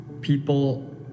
People